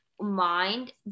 mind